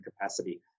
capacity